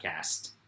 podcast